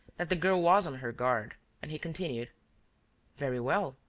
that the girl was on her guard and he continued very well,